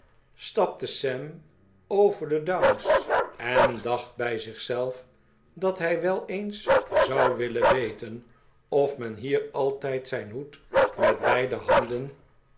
stapte sam over de downs en dacht bij zich zelf dat hij wel eehs zou willen weten of men hier altijd zijn hoed met beide handen